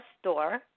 store